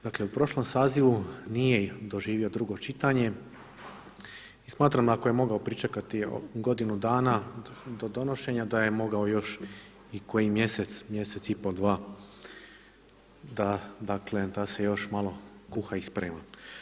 Dakle u prošlom sazivu nije doživio drugo čitanje i smatram ako je mogao pričekati godinu dana do donošenja da je mogao još i koji mjesec, mjesec i pol, dva da dakle, da se još malo kuha i sprema.